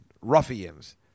ruffians